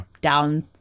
down